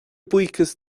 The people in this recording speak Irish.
buíochas